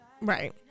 Right